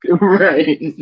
Right